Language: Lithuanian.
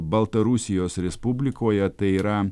baltarusijos respublikoje tai yra